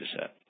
set